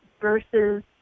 versus